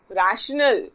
rational